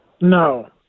No